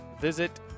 visit